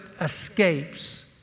escapes